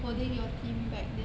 holding your team back then